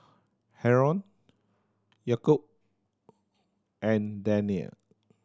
Haron Yaakob and Danial